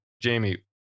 Jamie